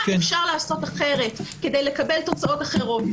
מה אפשר לעשות אחרת כדי לקבל תוצאות אחרות.